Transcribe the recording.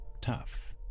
tough